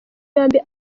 yombi